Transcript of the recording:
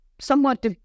somewhat